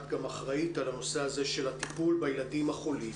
גם אחראית על הנושא הזה של הטיפול בילדים החולים.